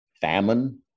Famine